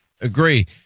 Agree